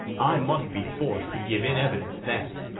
i must be forc'd to give in evidence, that,